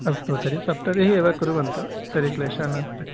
अस्तु तर्हि सप्ततिः एव कुर्वन्तु तर्हि क्लेशः नास्ति